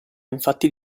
infatti